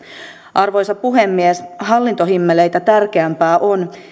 arvoisa puhemies hallintohimmeleitä tärkeämpää on